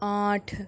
آنٹھ